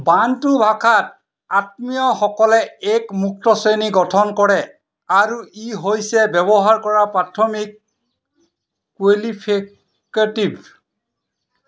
বান্টু ভাষাত আত্মীয়সকলে এক মুক্ত শ্ৰেণী গঠন কৰে আৰু ই হৈছে ব্যৱহাৰ কৰা প্ৰাথমিক কোৱালিফিকেটিভ